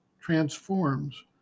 transforms